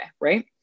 right